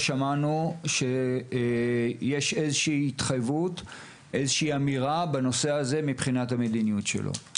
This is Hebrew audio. אבל לא שמענו אם יש איזו שהיא התחייבות לנושא הזה ברמת המדיניות שלו.